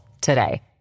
today